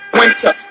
winter